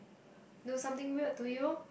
do something weird to you